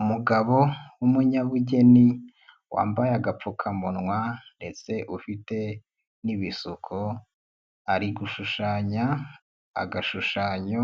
Umugabo w'umunyabugeni, wambaye agapfukamunwa ndetse ufite n'ibisuko, ari gushushanya agashushanyo